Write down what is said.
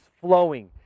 flowing